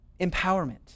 empowerment